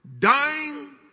Dying